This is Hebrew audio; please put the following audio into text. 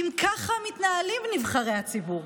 אם ככה מתנהלים נבחרי הציבור?